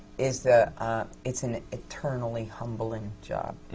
is that it's an eternally humbling job,